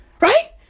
right